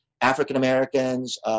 African-Americans